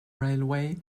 railway